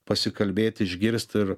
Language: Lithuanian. pasikalbėt išgirst ir